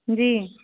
जी